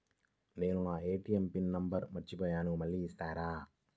నేను నా ATM pin number మర్చిపోయాను మళ్ళీ ఇస్తారా?